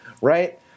Right